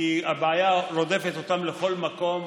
כי הבעיה רודפת אותם לכל מקום,